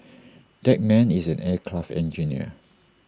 that man is an aircraft engineer